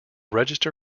register